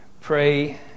pray